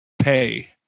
pay